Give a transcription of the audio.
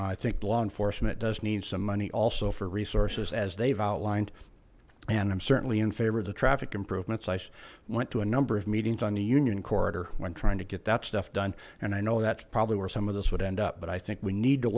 i think law enforcement does need some money also for resources as they've outlined and i'm certainly in favor of the traffic improvements ice went to a number of meetings on the union corridor when trying to get that stuff done and i know that probably were some of this would end up but i think we need to